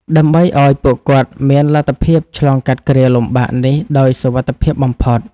ដើម្បីឱ្យពួកគាត់មានលទ្ធភាពឆ្លងកាត់គ្រាលំបាកនេះដោយសុវត្ថិភាពបំផុត។